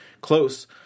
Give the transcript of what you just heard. close